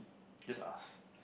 just ask